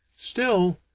still,